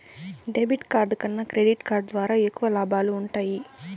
debit card కన్నా credit card ద్వారా ఎక్కువ లాబాలు వుంటయ్యి